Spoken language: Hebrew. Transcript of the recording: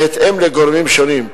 בהתאם לגורמים שונים,